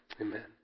Amen